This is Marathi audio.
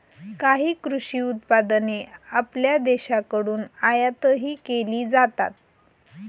काही कृषी उत्पादने आपल्या देशाकडून आयातही केली जातात